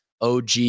OG